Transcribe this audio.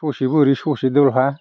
ससे बोरि ससे दहलहा